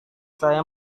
saya